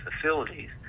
facilities